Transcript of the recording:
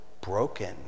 broken